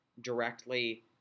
directly